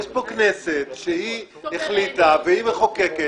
יש פה כנסת שהיא החליטה והיא מחוקקת,